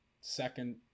second